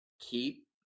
keep